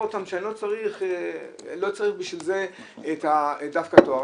אותן שאני לא צריך בשביל זה דווקא תואר.